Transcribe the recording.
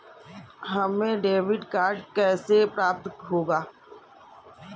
हमें debit card कैसे प्राप्त होगा?